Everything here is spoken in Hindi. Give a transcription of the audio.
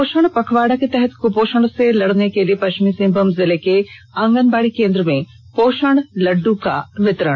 पोषण पखवाड़ा के तहत कुपोषण से लड़ने के लिए पष्चिमी सिंहभूम जिले के आंगनबाड़ी केंद्र में पोषण लड्डू का वितरण